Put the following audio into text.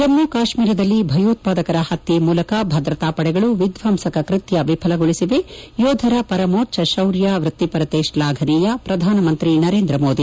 ಜಮ್ನು ಕಾಶ್ನೀರದಲ್ಲಿ ಭಯೋತ್ವಾದಕರ ಹತ್ಗೆ ಮೂಲಕ ಭದ್ರತಾಪಡೆಗಳು ವಿದ್ವಂಸಕ ಕೃತ್ಯ ವಿಫಲಗೊಳಿಸಿವೆ ಯೋಧರ ಪರಮೋಚ್ಚ ಶೌರ್ಯ ವೃತ್ತಿಪರತೆ ಶ್ಲಾಫನೀಯ ಪ್ರಧಾನಮಂತ್ರಿ ನರೇಂದ್ರ ಮೋದಿ